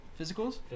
Physicals